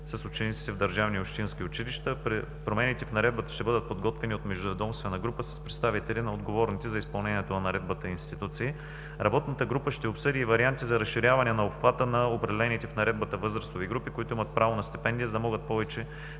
с учениците в държавни и общински училища. Промените в Наредбата ще бъдат подготвени от междуведомствена група с представители на отговорните за изпълнението на Наредбата институции. Работната група ще обсъди и варианти за разширяване на обхвата на определените в Наредбата възрастови групи, които имат право на стипендия, за да могат повече